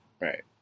right